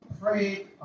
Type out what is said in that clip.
pray